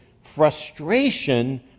frustration